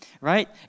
right